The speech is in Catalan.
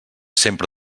sempre